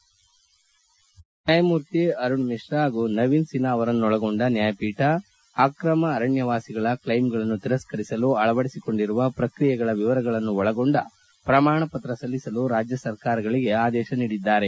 ನ್ನಾಯಮೂರ್ತಿ ಅರುಣ್ ಮಿಶ್ರಾ ಹಾಗೂ ನವೀನ್ ಸಿನ್ಹಾ ಅವರನ್ನೊಳಗೊಂಡ ನ್ನಾಯಪೀಠ ಅಕ್ರಮ ಅರಣ್ಣವಾಸಿಗಳ ಕ್ಷೈಮ್ಗಳನ್ನು ತಿರಸ್ತರಿಸಲು ಅಳವಡಿಸಿಕೊಂಡಿರುವ ಪ್ರಕ್ರಿಯೆಗಳ ವಿವರವನ್ನು ಒಳಗೊಂಡ ಪ್ರಮಾಣಪತ್ರ ಸಲ್ಲಿಸಲು ರಾಜ್ಯ ಸರ್ಕಾರಗಳಿಗೆ ಆದೇಶಿಸಿದೆ